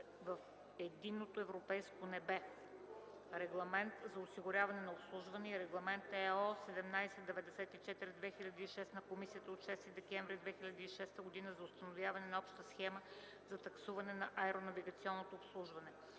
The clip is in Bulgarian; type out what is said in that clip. в единното европейско небе (Регламент за осигуряване на обслужване) и Регламент (ЕО) № 1794/2006 на Комисията от 6 декември 2006 година за установяване на обща схема за таксуване на аеронавигационното обслужване.